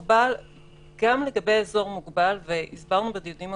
גם לגבי אזור מוגבל, והסברנו בדיונים הקודמים,